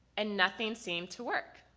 and nothing seemed to work.